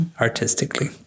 artistically